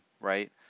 right